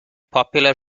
popular